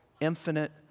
infinite